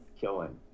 killing